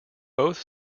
both